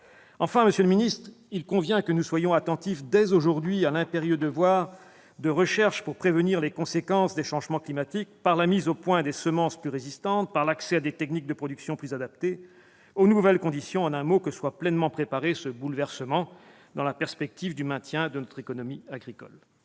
ministre, il convient que nous soyons attentifs, dès aujourd'hui, à l'impérieux devoir de recherche, pour prévenir les conséquences des changements climatiques, par la mise au point des semences plus résistantes et par l'accès à des techniques de production plus adaptées aux nouvelles conditions. En un mot, il faut que nous soyons pleinement préparés à ce bouleversement, pour maintenir notre économie agricole.